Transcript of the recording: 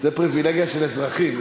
זו פריבילגיה של אזרחים.